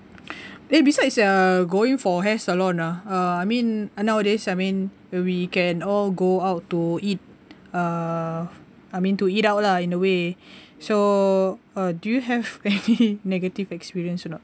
eh besides you're going for hair salon ah uh I mean nowadays I mean we can all go out to eat uh I mean to eat out lah in a way so uh do you have any negative experience or not